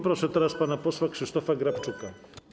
Proszę teraz pana posła Krzysztofa Grabczuka.